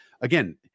Again